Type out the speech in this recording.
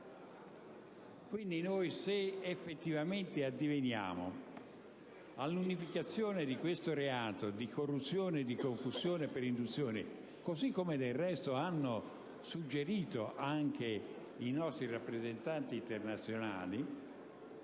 Se noi effettivamente addiveniamo all'unificazione dei reati di corruzione e di concussione per induzione, così come del resto hanno suggerito anche i nostri rappresentanti internazionali